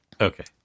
Okay